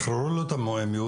שסאג'ור מ-2014 ועד היום התקדמה